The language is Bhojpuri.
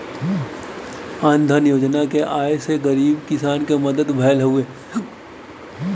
अन्न धन योजना के आये से गरीब किसान के मदद भयल हउवे